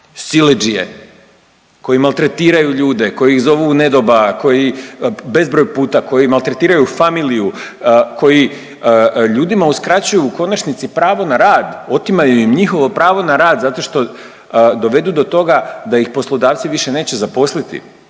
siledžije koji maltretiraju ljude, koji ih zovu u nedoba, koji bezbroj puta koji maltretiraju familiju, koji ljudima uskraćuju u konačnici pravo na rad, otimaju im njihovo pravo na rad zato što dovedu do toga da ih poslodavci više neće zaposliti